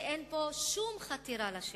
שאין בו שום חתירה לשלטון.